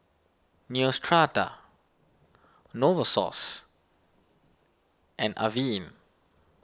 Neostrata Novosource and Avene